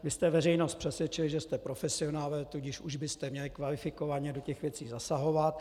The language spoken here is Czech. Vy jste veřejnost přesvědčili, že jste profesionálové, tudíž už byste měli kvalifikovaně do věcí zasahovat.